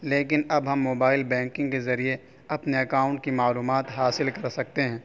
لیکن اب ہم موبائل بینکنگ کے ذریعے اپنے اکاؤنٹ کی معلومات حاصل کر سکتے ہیں